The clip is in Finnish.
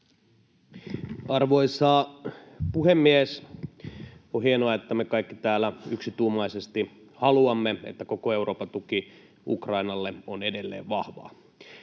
Arvoisa puhemies! On hienoa, että me kaikki täällä yksituumaisesti haluamme, että koko Euroopan tuki Ukrainalle on edelleen vahva.